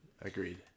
agreed